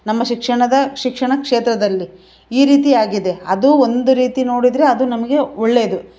ನಮ್ಮ ಶಿಕ್ಷಣದ ಶಿಕ್ಷಣ ಕ್ಷೇತ್ರದಲ್ಲಿ ಈ ರೀತಿಯಾಗಿದೆ ಅದೂ ಒಂದು ರೀತಿ ನೋಡಿದರೆ ಅದು ನಮಗೆ ಒಳ್ಳೆಯದು